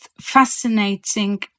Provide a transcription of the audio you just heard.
fascinating